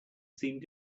seemed